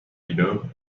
below